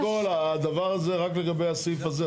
קודם כל, הדבר הזה רק לגבי הסעיף הזה.